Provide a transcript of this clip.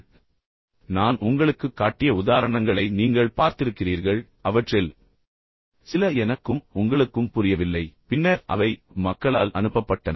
கடைசியாக நான் உங்களுக்குக் காட்டிய உதாரணங்களை நீங்கள் பார்த்திருக்கிறீர்கள் அவற்றில் சில எனக்கும் உங்களுக்கும் புரியவில்லை பின்னர் அவை மக்களால் அனுப்பப்பட்டன